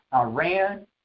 Iran